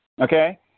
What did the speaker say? Okay